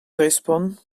respont